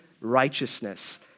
righteousness